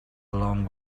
along